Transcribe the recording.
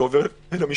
זה עובר לממשלה.